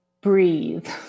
Breathe